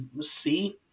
see